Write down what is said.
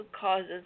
causes